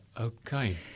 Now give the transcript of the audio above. Okay